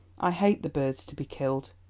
i hate the birds to be killed.